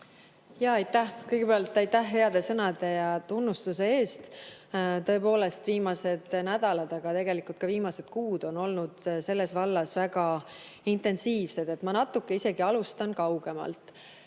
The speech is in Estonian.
Aitäh! Kõigepealt aitäh heade sõnade ja tunnustuse eest! Tõepoolest, viimased nädalad, aga tegelikult ka viimased kuud on olnud selles vallas väga intensiivsed. Ma alustan natuke kaugemalt.